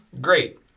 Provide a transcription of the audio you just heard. Great